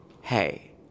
hey